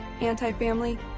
anti-family